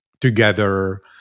together